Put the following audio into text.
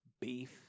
beef